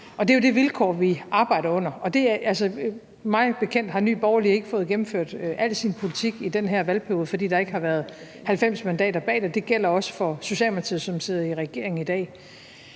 Det er jo det vilkår, vi arbejder under, og mig bekendt har Nye Borgerlige ikke fået gennemført al sin politik i den her valgperiode, fordi der ikke har været 90 mandater bag det, og det gælder også for Socialdemokratiet, som sidder i regering i dag.